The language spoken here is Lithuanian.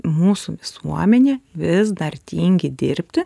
mūsų visuomenė vis dar tingi dirbti